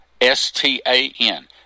S-T-A-N